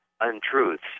untruths